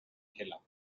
teller